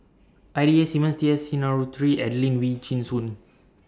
I D A Simmons T S Sinnathuray Adelene Wee Chin Suan